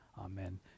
amen